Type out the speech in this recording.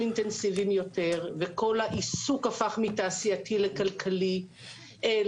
אינטנסיביים יותר וכל העיסוק הפך מתעשייתי לתיירותי.